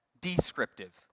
descriptive